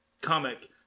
comic